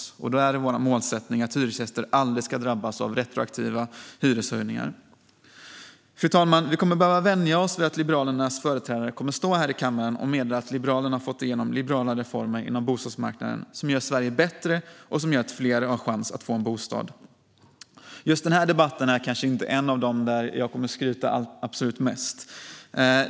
Vår målsättning när det gäller den sista punkten är att hyresgäster aldrig ska drabbas av retroaktiva hyreshöjningar. Fru talman! Vi kommer att behöva vänja oss vid att Liberalernas företrädare i kammaren kommer att meddela att Liberalerna har fått igenom liberala reformer inom bostadsmarknaden som gör Sverige bättre och som gör att fler har chans att få en bostad. Just denna debatt är kanske inte en sådan där jag kommer att skryta absolut mest.